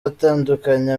atandukanye